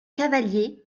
cavalier